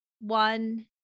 one